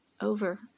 over